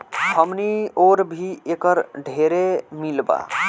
हमनी ओर भी एकर ढेरे मील बा